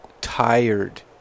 tired